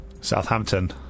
Southampton